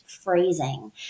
phrasing